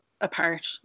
apart